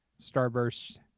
starburst